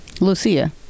Lucia